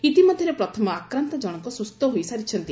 ଇତିମଧ୍ଧରେ ପ୍ରଥମ ଆକ୍ରାନ୍ତ ଜଣକ ସୁସ୍ତ ହୋଇସାରିଛନ୍ତି